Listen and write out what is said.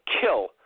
kill